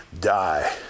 die